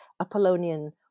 Apollonian